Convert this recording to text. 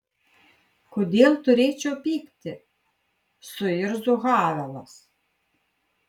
kodėl turėčiau pykti suirzo havelas